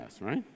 right